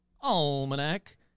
Almanac